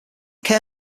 chaos